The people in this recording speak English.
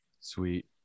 sweet